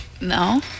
No